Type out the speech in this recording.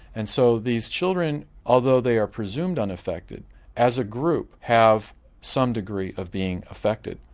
and so these children although they are presumed unaffected as a group have some degree of being affected.